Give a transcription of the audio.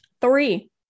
Three